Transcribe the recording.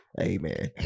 Amen